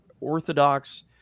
orthodox